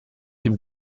dem